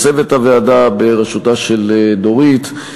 לצוות הוועדה בראשותה של דורית,